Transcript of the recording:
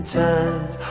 times